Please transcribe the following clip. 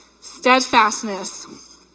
Steadfastness